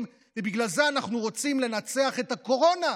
ובגלל זה אנחנו רוצים לנצח את הקורונה.